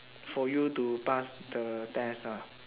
for you to pass the test ah